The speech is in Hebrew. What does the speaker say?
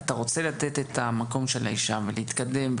אתה רוצה לתת את המקום של האישה ולהתקדם,